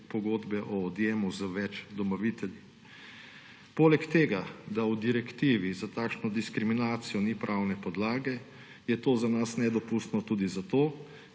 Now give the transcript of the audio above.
pogodbe o odjemu z več dobavitelji. Poleg tega, da v direktivi za takšno diskriminacijo ni pravne podlage, je to za nas nedopustno tudi zato,